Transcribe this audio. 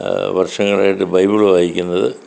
വർഷങ്ങളായിട്ട് ബൈബിൾ വായിക്കുന്നത്